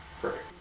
perfect